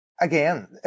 Again